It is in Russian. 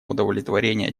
удовлетворения